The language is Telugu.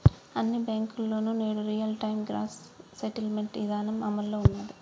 అన్ని బ్యేంకుల్లోనూ నేడు రియల్ టైం గ్రాస్ సెటిల్మెంట్ ఇదానం అమల్లో ఉన్నాది